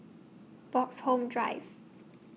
Bloxhome Drive